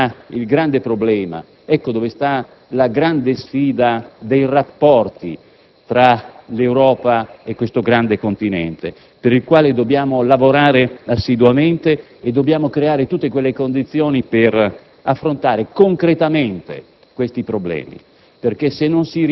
Ecco qual è il grande problema, ecco dove sta la grande sfida dei rapporti tra l'Europa e questo grande continente, per il quale dobbiamo lavorare assiduamente e dobbiamo creare tutte le condizioni per affrontare concretamente tali problemi,